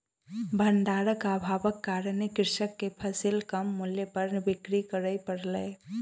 भण्डारक अभावक कारणेँ कृषक के फसिल कम मूल्य पर बिक्री कर पड़लै